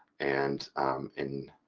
and in